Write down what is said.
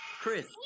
Chris